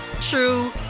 true